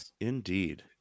indeed